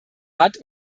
hat